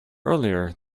earlier